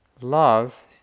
love